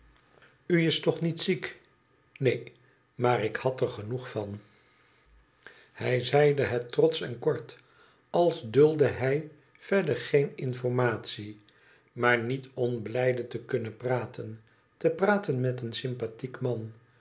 is toch niet ziek neen maar ik had er genoeg van hij zeide het trotsch en kort als duldde hij verder geen informatie maar niet onblijde te kunnen praten te praten met een sympathiek man